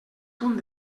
punt